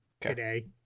today